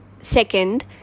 Second